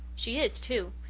she is too.